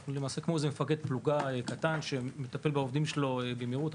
אנחנו למעשה כמו איזה מפקד פלוגה קטן שמפטל בעובדים שלו במהירות.